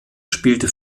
spielte